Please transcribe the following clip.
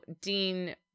Dean